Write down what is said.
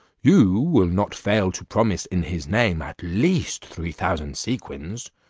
you will not fail to promise in his name at least three thousand sequins,